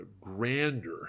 grander